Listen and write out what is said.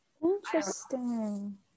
Interesting